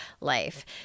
life